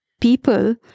people